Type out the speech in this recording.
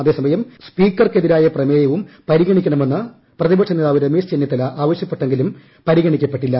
അതേസമയം സ്പീക്കർക്കെതിരായ പ്രമേയവും പരിഗണിക്കണമെന്ന് പ്രതിപക്ഷ നേതാവ് രമേശ് ചെന്നിത്തല ആവശ്യപ്പെട്ടെങ്കിലും പരിഗണിക്കപ്പെട്ടില്ല